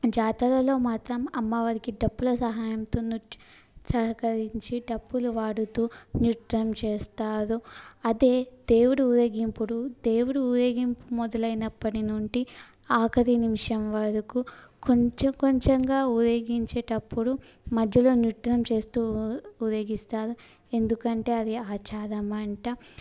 జాతరలో మాత్రం అమ్మవారికి డప్పుల సహాయంతో నృత్ సహకరించి డప్పులు వాడుతూ నృత్యం చేస్తారు అదే దేవుడు ఊరేగింపుడు దేవుడి ఊరేగింపు మొదలైనప్పటి నుండి ఆఖరి నిమిషం వరకు కొంచెం కొంచెంగా ఊరేగించేటప్పుడు మధ్యలో నృత్యం చేస్తూ ఊ ఊరేగిస్తారు ఎందుకంటే అది ఆచారమంట